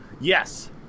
Yes